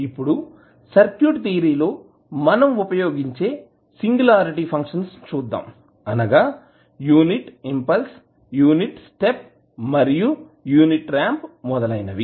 ఇప్పుడు circuit theory లో మనం ఉపయోగించే సింగులారిటీ ఫంక్షన్స్ని చూద్దాం అనగా యూనిట్ ఇంపల్స్ యూనిట్ స్టెప్ మరియు యూనిట్ రాంప్ మొదలైనవి